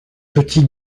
petit